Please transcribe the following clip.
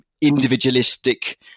individualistic